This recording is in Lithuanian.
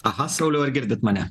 aha sauliau ar girdit mane